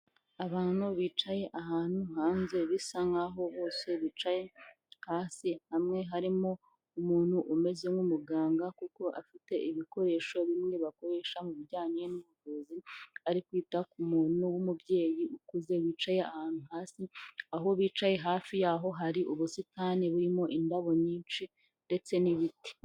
Abantu bicaye ahantu hanze bisa nk'aho bose bicaye hasi hamwe harimo umuntu umeze nk'umuganga kuko afite ibikoresho bimwe bakoresha mubi bijyanye n'ubuvuzi, ari kwita ku muntu w'umubyeyi ukuze wicaye ahantu hasi, aho bicaye hafi yaho hari ubusitani burimo indabo nyinshi ndetse n'ibiti.